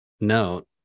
note